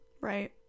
Right